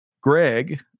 Greg